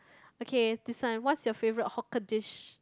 okay this one what's your favourite hawker dish